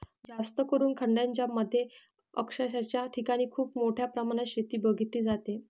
जास्तकरून खंडांच्या मध्य अक्षांशाच्या ठिकाणी खूप मोठ्या प्रमाणात शेती बघितली जाते